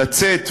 לצאת,